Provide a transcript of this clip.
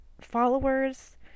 followers